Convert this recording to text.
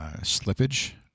slippage